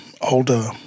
older